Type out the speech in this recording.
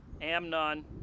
Amnon